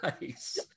nice